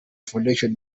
foundation